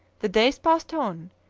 the days passed on.